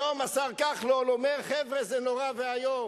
היום, השר כחלון אומר: חבר'ה, זה נורא ואיום.